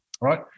right